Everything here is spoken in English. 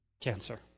cancer